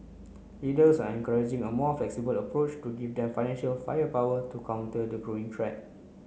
leaders are encouraging a more flexible approach to give them financial firepower to counter the growing threat